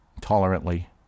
tolerantly